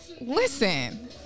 Listen